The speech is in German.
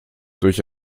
durch